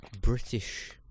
British